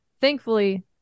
Thankfully